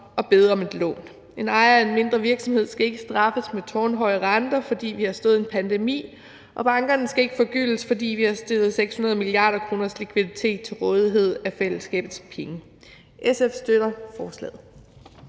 og bede om et lån. En ejer af en mindre virksomhed skal ikke straffes med tårnhøje renter, fordi vi har stået i en pandemi, og bankerne skal ikke forgyldes, fordi vi har stillet 600 mia. kr. i likviditet til rådighed af fællesskabets penge. SF støtter forslaget.